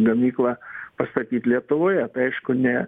gamyklą pastatyt lietuvoje tai aišku ne